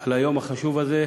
על היום החשוב הזה.